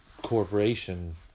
corporation